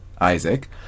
Isaac